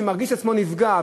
שמרגיש את עצמו נפגע,